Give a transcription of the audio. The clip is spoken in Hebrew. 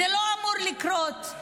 זה לא אמור לקרות.